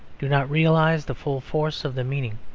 do not realise the full force of the meaning.